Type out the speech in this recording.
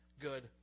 good